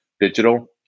digital